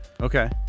Okay